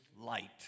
light